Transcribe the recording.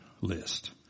list